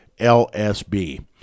LSB